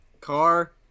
Car